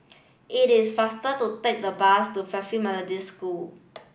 it is faster to take the bus to Fairfield Methodist School